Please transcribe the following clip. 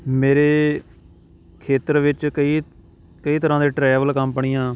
ਮੇਰੇ ਖੇਤਰ ਵਿੱਚ ਕਈ ਕਈ ਤਰ੍ਹਾਂ ਦੇ ਟਰੈਵਲ ਕੰਪਨੀਆਂ